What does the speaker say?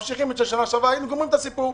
היינו ממשיכים את השנה שעברה וגומרים את הסיפור.